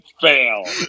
fail